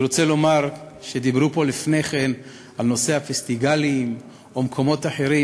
אני רוצה לומר שדיברו פה לפני כן על נושא הפסטיגלים או מקומות אחרים.